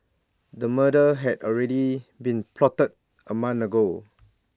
A murder had already been plotted A month ago